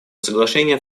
соглашение